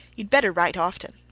you'd better write often.